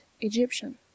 Egyptian